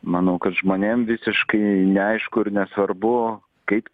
manau kad žmonėm visiškai neaišku ir nesvarbu kaip